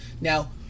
Now